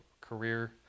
career